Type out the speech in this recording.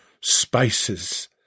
spices